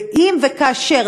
ואם וכאשר,